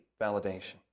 validation